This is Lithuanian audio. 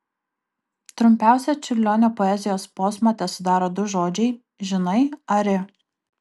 trumpiausią čiurlionio poezijos posmą tesudaro du žodžiai žinai ari